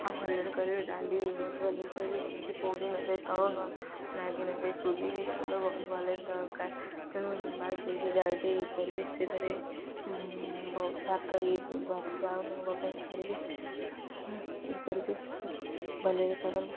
ଆଉ ଭଲରେ କରିବି ଡାଲି ବି ବହୁତ ଭଲରେ କରିବି ଯେମିତି ପୋଡ଼ି ନଯାଏ ତଳୁ ଲାଗି ନଯାଏ ଚୁଲି ବି ଜଳିବ ବହୁତ ଭଲରେ ଦରକାର ତେଣୁ ମାଗିକି ଜାଳିବି ଇଏ କରିବି ସେ କରିବି ବହୁତ ଭାତ ଇଏ ଭାତ ଯାଉ ନହେବା ପାଇଁ ଛାଡ଼ିବି ଇଏ କରିବି ସେ କରିବ ଭଲରେ କରନ